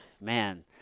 man